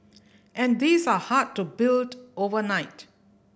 and these are hard to build overnight